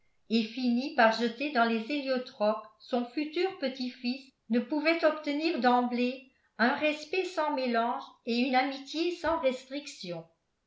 et fini par jeter dans les héliotropes son futur petit-fils ne pouvait obtenir d'emblée un respect sans mélange et une amitié sans restriction